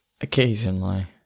occasionally